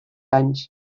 anys